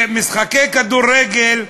במשחקי כדורגל,